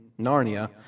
Narnia